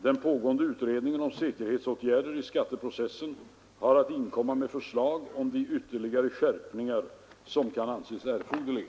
Den pågående utredningen om säkerhetsåtgärder i skatteprocessen har att inkomma med förslag om de ytterligare skärpningar som kan anses erforderliga.